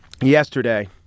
Yesterday